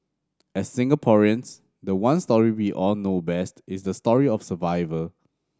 as Singaporeans the one story we all know best is the story of survival